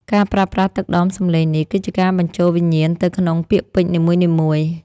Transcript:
ការប្រើប្រាស់ទឹកដមសំឡេងនេះ គឺជាការបញ្ចូលវិញ្ញាណទៅក្នុងពាក្យពេចន៍នីមួយៗ។